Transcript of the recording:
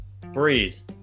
Breeze